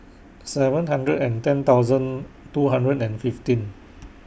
seven hundred and ten thousand two hundred and fifteen